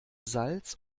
salz